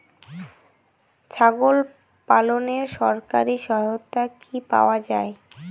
ছাগল পালনে সরকারি সহায়তা কি পাওয়া যায়?